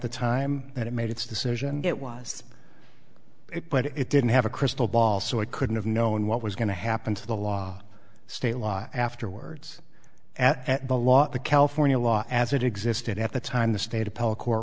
the time that it made its decision and it was it but it didn't have a crystal ball so it couldn't have known what was going to happen to the law state law afterwards at the law the california law as it existed at the time the state